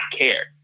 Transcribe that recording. care